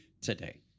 today